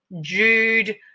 Jude